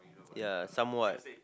ya somewhat